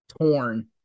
torn